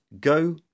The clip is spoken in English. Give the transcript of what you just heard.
go